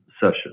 session